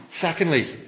Secondly